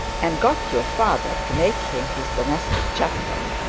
and got your father to make him his domestic chaplain